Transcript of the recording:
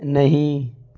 نہیں